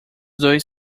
dois